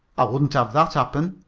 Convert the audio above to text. i wouldn't have that happen,